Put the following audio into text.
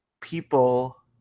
people